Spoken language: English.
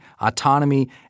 autonomy